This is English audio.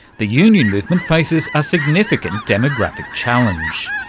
the union movement faces a significant demographic challenge.